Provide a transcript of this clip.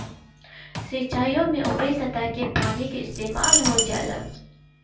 सिंचाईओ में ऊपरी सतह के पानी के इस्तेमाल हो जाला